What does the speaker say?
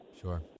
Sure